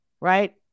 right